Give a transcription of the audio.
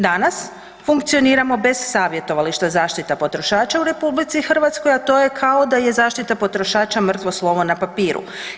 Danas funkcioniramo bez savjetovališta zaštite potrošača u RH a to je kao da je zaštita potrošača mrtvo slovo na papiru.